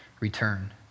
return